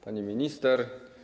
Pani Minister!